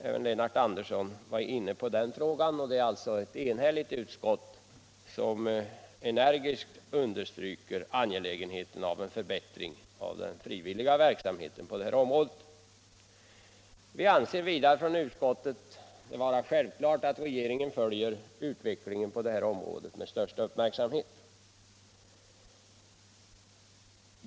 Herr Andersson i Södertälje var inne på den frågan tidigare, och det är ett enhälligt utskott som energiskt understryker angelägenheten av en förbättring av den frivilliga verksamheten på området. Utskottet anser också att det är självklart att regeringen måste följa utvecklingen här med största uppmärksamhet.